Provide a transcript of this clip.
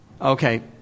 okay